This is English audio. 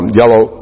yellow